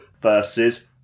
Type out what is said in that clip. versus